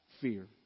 fear